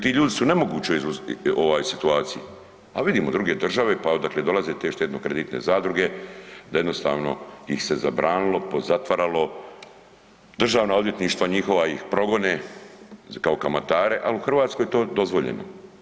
Ti ljudi su u nemogućoj ovaj situaciji, al vidimo druge države, pa odakle dolaze te štedno-kreditne zadruge da jednostavno ih se zabranilo, pozatvaralo, državna odvjetništva njihova ih progone kao kamatare, al u Hrvatskoj je to dozvoljeno.